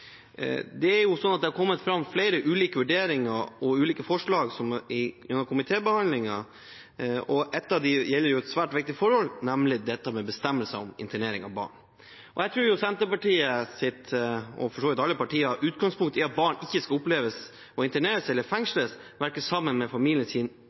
Det har kommet fram ulike vurderinger og ulike forslag under komitébehandlingen, og et av dem gjelder et svært viktig forhold, nemlig bestemmelsen om internering av barn. Jeg tror at Senterpartiets – og for så vidt alle partiers – utgangspunkt er at barn ikke skal oppleve å interneres eller